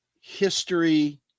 history